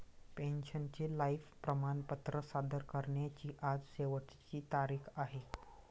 पेन्शनरचे लाइफ प्रमाणपत्र सादर करण्याची आज शेवटची तारीख आहे